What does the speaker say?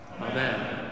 Amen